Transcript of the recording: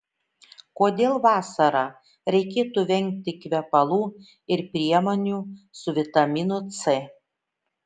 kodėl vasarą reikėtų vengti kvepalų ir priemonių su vitaminu c